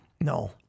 No